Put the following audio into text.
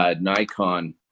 Nikon